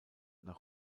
nach